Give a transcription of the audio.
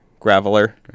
Graveler